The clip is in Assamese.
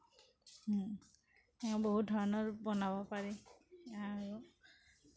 বহুত ধৰণৰ বনাব পাৰি আৰু